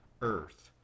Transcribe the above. Earth